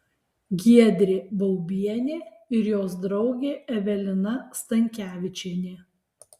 giedrė baubienė ir jos draugė evelina stankevičienė